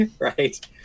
right